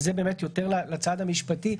וזה באמת יותר לצד המשפטי: